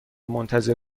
منتظر